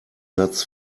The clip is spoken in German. satz